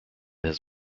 his